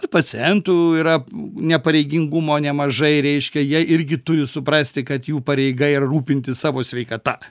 ir pacientų yra nepareigingumo nemažai reiškia jie irgi turi suprasti kad jų pareiga yra rūpintis savo sveikata